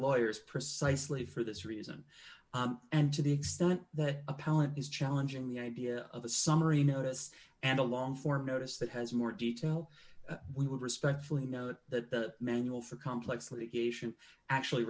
lawyers precisely for this reason and to the extent that appellant is challenging the idea of a summary notice and a long form notice that has more detail we would respectfully note that the manual for complex league asian actually